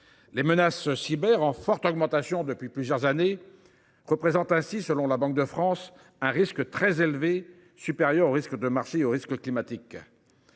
Les menaces cyber, en forte augmentation depuis plusieurs années, représentent ainsi, selon la Banque de France, un risque très élevé, supérieur au risque de marché et au risque climatique.